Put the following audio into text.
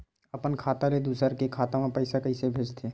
अपन खाता ले दुसर के खाता मा पईसा कइसे भेजथे?